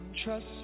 trust